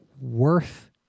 worth